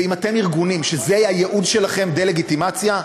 ואם אתם ארגונים שזה הייעוד שלכם, דה-לגיטימציה,